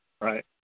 Right